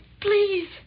Please